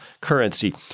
currency